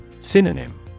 Synonym